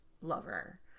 lover